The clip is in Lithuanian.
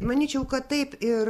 manyčiau kad taip ir